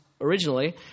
originally